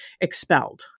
expelled